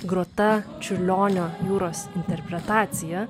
grota čiurlionio jūros interpretacija